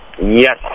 Yes